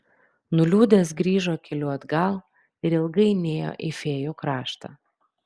nuliūdęs grįžo keliu atgal ir ilgai nėjo į fėjų kraštą